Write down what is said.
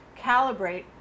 calibrate